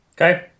Okay